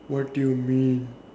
what do you mean